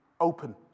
open